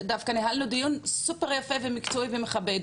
דווקא ניהלנו דיון סופר יפה ומקצועי ומכבד.